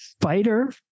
fighter